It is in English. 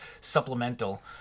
supplemental